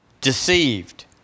Deceived